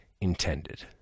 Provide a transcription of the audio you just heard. intended